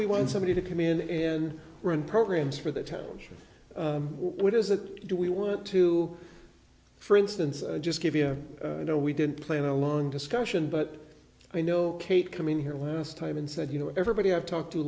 we want somebody to come in and run programs for the township what is that do we want to for instance just give you know we didn't plan a long discussion but i know kate coming here last time and said you know everybody i've talked to